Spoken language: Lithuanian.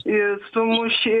ir sumušė